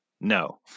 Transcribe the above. no